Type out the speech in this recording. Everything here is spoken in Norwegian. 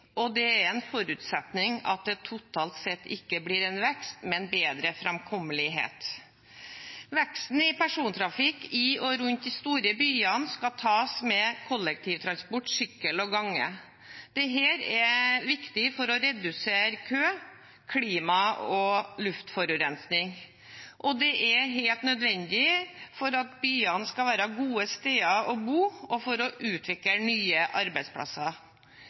og det er en forutsetning at det totalt sett ikke blir en vekst, men bedre framkommelighet. Veksten i persontrafikk i og rundt de store byene tas med kollektivtransport, sykkel og gange. Dette er viktig for å redusere kø, klima- og luftforurensning, og det er helt nødvendig for at byene skal være gode steder å bo, og for å utvikle nye arbeidsplasser.